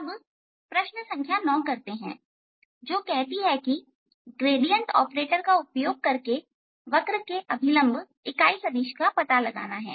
अब प्रश्न संख्या 9 करते हैं जो कहती है कि ग्रेडियंट ऑपरेटर का उपयोग करके वक्र के अभिलंब इकाई सदिश इसका पता लगाना है